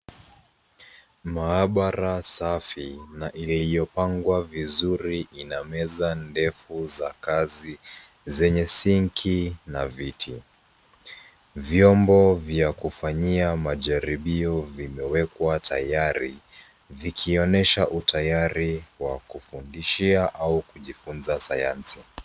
Maabara safi na iliyopangwa vizuri ina meza ndefu za kazi zenye sinki na viti. Vyombo vya kufanyia majaribio vimewekwa tayari, vikionyesha utayari wa kufundishia au kujifunza Sayansi.